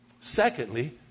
Secondly